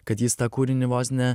kad jis tą kūrinį vos ne